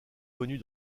connu